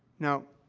now,